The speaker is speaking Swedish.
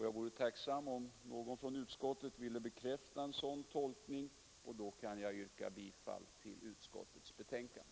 Jag vore tacksam om någon från utskottet ville bekräfta en sådan tolkning, och kan då yrka bifall till utskottets betänkande.